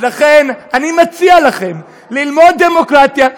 אז לכן אני מציע לכם ללמוד דמוקרטיה,